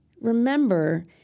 Remember